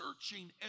searching